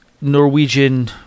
Norwegian